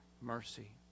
mercy